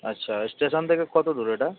আচ্ছা স্টেশন থেকে কতদূর এটা